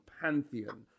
pantheon